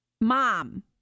Mom